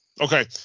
Okay